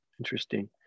Interesting